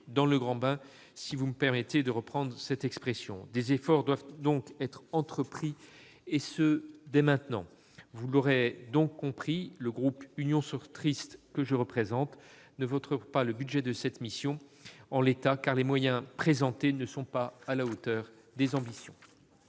dans le grand bain, si vous me permettez de reprendre cette expression. Des efforts doivent donc être entrepris, et ce dès maintenant. Vous l'aurez compris, le groupe Union Centriste, que je représente, ne votera pas le budget de cette mission en l'état, car les moyens présentés ne sont pas à la hauteur des ambitions.